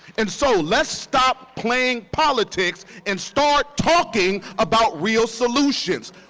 and so let's stop playing politics and start talking about real solutions.